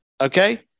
Okay